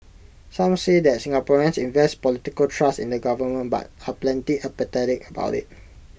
some say that Singaporeans invest political trust in the government but are pretty apathetic about IT